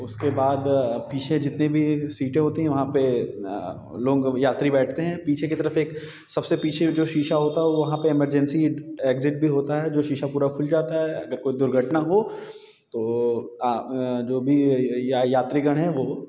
और उसके बाद पीछे जितनी भी सीटें होती है वहाँ पे लोग यात्री बैठते हैं पीछे की तरफ एक सबसे पीछे जो सीसा होता है वहाँ पे एमरजेंसी एक्ज़िट भी होता है जो सीसा पूरा खुल जाता है अगर कोई दुर्घटना हो तो जो भी यात्रीगण हैं वो